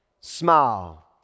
smile